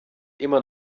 immer